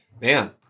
Man